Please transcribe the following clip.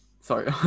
sorry